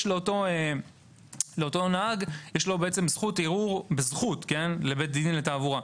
יש לאותו נהג זכות ערעור לבית דין לתעבורה.